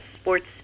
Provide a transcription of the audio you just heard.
sports